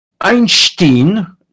Einstein